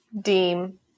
deem